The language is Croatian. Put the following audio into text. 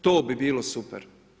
To bi bilo super!